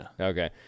Okay